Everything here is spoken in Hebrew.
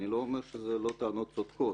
אני לא אומר שאלו לא טענות צודקות